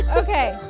okay